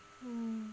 mm